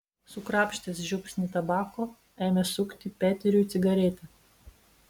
sukrapštęs žiupsnį tabako ėmė sukti peteriui cigaretę